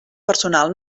personal